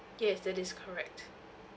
yes that is correct